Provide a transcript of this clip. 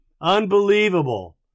unbelievable